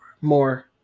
More